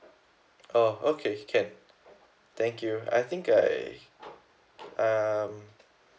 oh okay can thank you I think I um